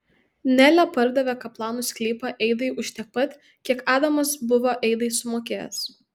nelė pardavė kaplanų sklypą eidai už tiek pat kiek adamas buvo eidai sumokėjęs